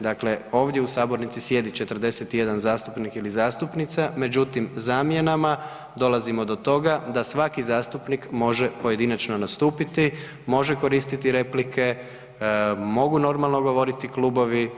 Dakle, ovdje u sabornici sjedi 41 zastupnik ili zastupnica međutim zamjenama dolazimo do toga da svaki zastupnik može pojedinačno nastupiti, može koristiti replike, mogu normalno govoriti klubovi.